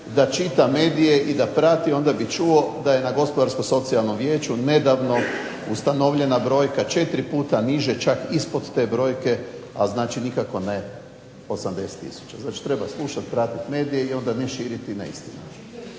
Da čita medije i da prati onda bi čuo da je na Gospodarsko-socijalnom vijeću nedavno ustanovljena brojka 4 puta niže, čak ispod te brojke, a znači nikako ne 80 tisuća. Znači, treba slušati, pratiti medije i onda ne širiti neistine.